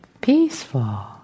Peaceful